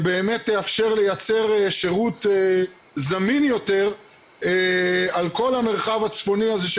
שבאמת תאפשר לייצר שירות זמין יותר על כל המרחב הצפוני הזה,